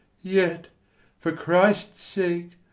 yet for christ's sake,